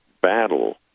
battle